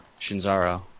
Shinzaro